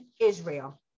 Israel